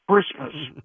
Christmas